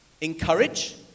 encourage